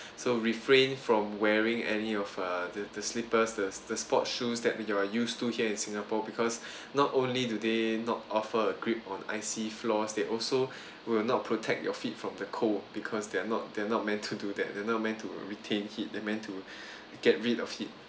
so refrain from wearing any of uh the the slippers the the sports shoes that you're used to here in singapore because not only do they not offer a grip on icy floors they also will not protect your feet from the cold because they're not they're not meant to do that they're not meant to retain heat they're meant to get rid of heat